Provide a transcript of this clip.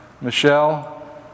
Michelle